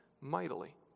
mightily